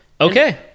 Okay